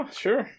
sure